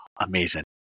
amazing